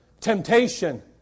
temptation